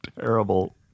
terrible